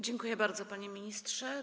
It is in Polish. Dziękuję bardzo, panie ministrze.